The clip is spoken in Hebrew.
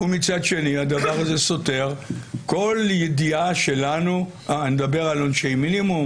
ומצד שני הדבר הזה סותר כל ידיעה שלנו אני מדבר על עונשי מינימום,